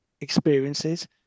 experiences